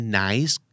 nice